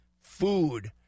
food